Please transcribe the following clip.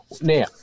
Now